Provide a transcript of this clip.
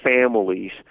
families